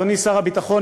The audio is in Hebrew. אדוני שר הביטחון,